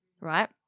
right